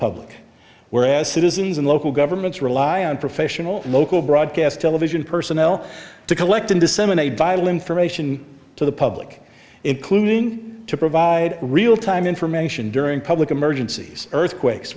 public whereas citizens and local governments rely on professional local broadcast television personnel to collect and disseminate violin for ration to the public including to provide real time information during public emergencies earthquakes